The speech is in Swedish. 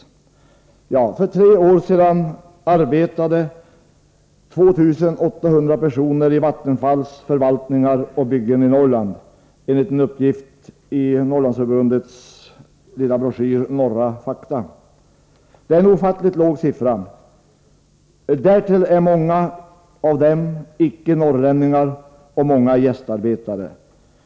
Enligt en uppgift i Norrlandsförbundets lilla broschyr Norra Fakta arbetade för tre år sedan 2 800 personer i Vattenfalls förvaltningar och byggen i Norrland. Detta är en ofattbart låg siffra. Av dessa 2 800 personer är många icke-norrlänningar och gästarbetare.